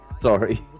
Sorry